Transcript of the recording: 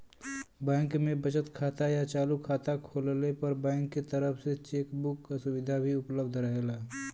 bank में बचत खाता या चालू खाता खोलले पर बैंक के तरफ से चेक बुक क सुविधा भी उपलब्ध रहेला